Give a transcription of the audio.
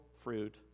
fruit